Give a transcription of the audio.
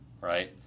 right